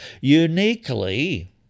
uniquely